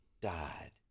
died